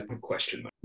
Question